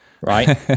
Right